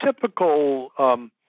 typical